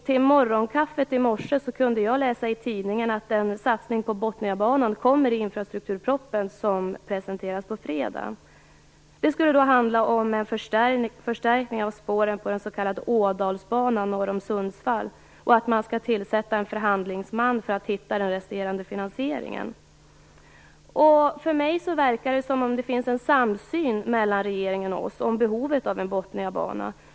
Till morgonkaffet i morse kunde jag läsa i tidningen att en satsning på Botniabanan kommer i infrastrukturpropositionen, som presenteras på fredag. Det skulle handla om en förstärkning av spåren på den s.k. Ådalsbanan norr om Sundsvall och om att tillsätta en förhandlingsman för att hitta den resterande finansieringen. För mig verkar det som om det finns en samsyn mellan regeringen och oss om behovet av en botniabana.